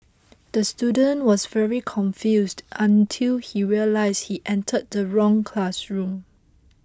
the student was very confused until he realised he entered the wrong classroom